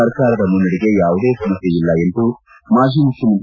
ಸರ್ಕಾರದ ಮುನ್ನಡೆಗೆ ಯಾವುದೇ ಸಮಸ್ಕೆ ಇಲ್ಲ ಎಂದು ಮಾಜಿ ಮುಖ್ಯಮಂತ್ರಿ